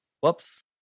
whoops